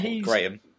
Graham